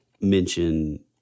mention